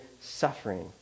suffering